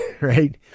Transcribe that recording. right